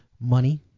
Money